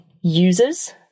users